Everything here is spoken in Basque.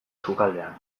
sukaldean